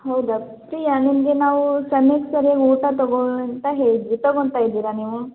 ಹೌದಾ ಪ್ರಿಯಾ ನಿಮಗೆ ನಾವು ಸಮಯಕ್ಕೆ ಸರ್ಯಾಗಿ ಊಟ ತಗೋ ಅಂತ ಹೇಳಿದ್ದಿವಿ ತಗೋತಾ ಇದ್ದೀರಾ ನೀವು